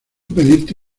pedirte